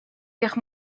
guerre